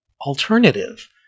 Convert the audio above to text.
alternative